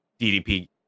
DDP-